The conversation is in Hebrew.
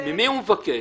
הוא מבקש?